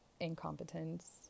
incompetence